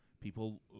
People